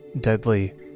deadly